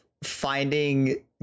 finding